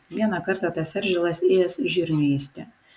vieną kartą tas eržilas ėjęs žirnių ėsti